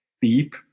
Beep